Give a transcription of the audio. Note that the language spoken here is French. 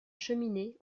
cheminée